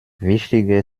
wichtiger